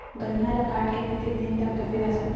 गन्ना ल काट के कतेक दिन तक रखे जा सकथे?